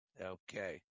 Okay